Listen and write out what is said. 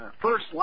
first